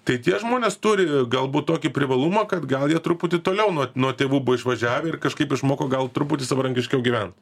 tai tie žmonės turi galbūt tokį privalumą kad gal jie truputį toliau nuo nuo tėvų išvažiavę ir kažkaip išmoko gal truputį savarankiškiau gyvent